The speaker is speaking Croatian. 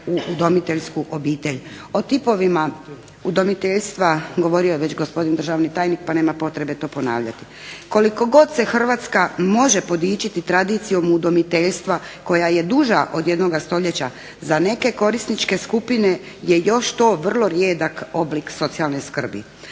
u udomiteljsku obitelj. O tipovima udomiteljstva govorio je već gospodin državni tajnik, pa nema potrebe to ponavljati. Koliko god se Hrvatska može podići tradicijom udomiteljstva koja je duža od jednoga stoljeća za neke korisničke skupine je još to vrlo rijedak oblik socijalne skrbi.